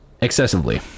excessively